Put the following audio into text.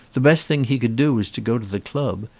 the best thing he could do was to go to the club,